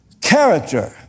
Character